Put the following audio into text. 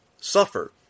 suffer